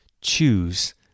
Choose